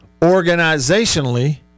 organizationally